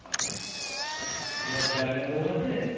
আপনার bank account আছে